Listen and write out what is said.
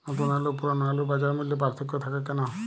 নতুন আলু ও পুরনো আলুর বাজার মূল্যে পার্থক্য থাকে কেন?